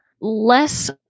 less